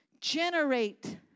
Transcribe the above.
generate